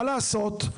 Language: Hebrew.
מה לעשות?